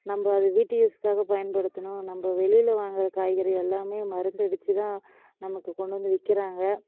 நம்ம அது வீட்டு யூஸ்சுக்காக பயன்படுத்தணும் நம்ம வெளியில் வாங்கிற காய்கறி எல்லாமே மருந்து அடித்து தான் நமக்கு கொண்டு வந்து விற்கிறாங்க